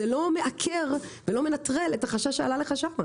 זה לא מעקר ולא מנטרל את החשש שעלה לך שם.